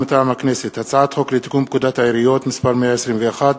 מטעם הכנסת: הצעת חוק לתיקון פקודת העיריות (מס' 121)